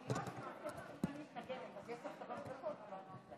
אני אגיד את שתי ההסתייגויות שלי, אחת מהותית